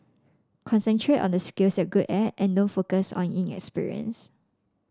concentrate on the skills you're good at and don't focus on your inexperience